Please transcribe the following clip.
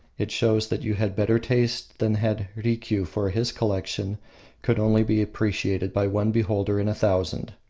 it shows that you had better taste than had rikiu, for his collection could only be appreciated by one beholder in a thousand.